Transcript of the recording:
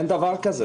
אין דבר כזה.